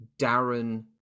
darren